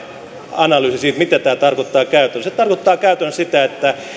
analyysin siitä mitä tämä tarkoittaa käytännössä se tarkoittaa käytännössä sitä että